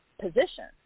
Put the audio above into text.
position